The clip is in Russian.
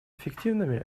эффективными